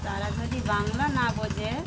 তারা যদি বাংলা না বোঝে